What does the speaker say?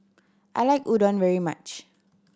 I like Udon very much